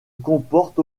comporte